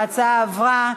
ההצעה עברה.